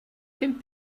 pum